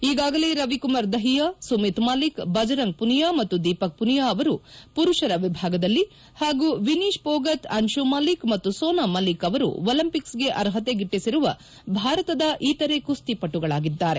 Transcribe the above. ಈಗಾಗಲೇ ರವಿಕುಮಾರ್ ದಹಿಯಾ ಸುಮಿತ್ ಮಲ್ಲಿಕ್ ಬಜರಂಗ್ ಮನಿಯಾ ಮತ್ತು ದೀಪಕ್ ಮನಿಯಾ ಅವರು ಮರುಷರ ವಿಭಾಗದಲ್ಲಿ ಹಾಗೂ ವಿನೀಶ್ ಫೋಗತ್ ಆನ್ಲುಮಲ್ಲಿಕ್ ಮತ್ತು ಸೋನಾ ಮಲ್ಲಿಕ್ ಅವರು ಒಲಿಂಪಿಕ್ಸ್ಗೆ ಅರ್ಹತೆ ಗಿಟ್ಟಿಸಿರುವ ಭಾರತದ ಇತರೆ ಕುಸ್ತಿಪಟುಗಳಾಗಿದ್ದಾರೆ